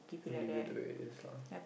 leave it to it is lah